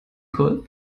golf